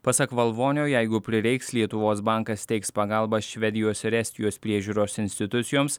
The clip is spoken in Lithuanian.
pasak valvonio jeigu prireiks lietuvos bankas teiks pagalbą švedijos ir estijos priežiūros institucijoms